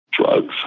Drugs